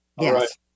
Yes